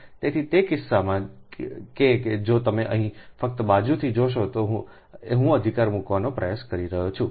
તેથી તે કિસ્સામાં કે જો તમે અહીં ફક્ત બાજુથી જોશો તો હું અધિકાર મૂકવાનો પ્રયાસ કરી રહ્યો છું